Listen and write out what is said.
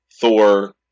Thor